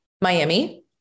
Miami